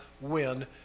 win